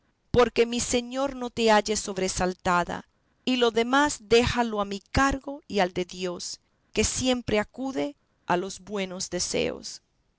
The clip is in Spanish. porque mi señor no te halle sobresaltada y lo demás déjalo a mi cargo y al de dios que siempre acude a los buenos deseos